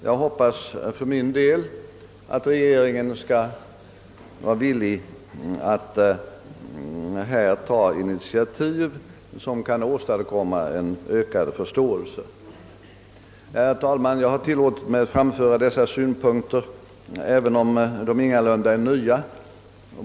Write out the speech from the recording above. Jag hoppas för min del att regeringen skall vara villig att ta initiativ som kan åstadkomma en ökad förståelse på detta område. Herr talman! Jag har tillåtit mig att framföra dessa synpunkter även om de ingalunda är nya.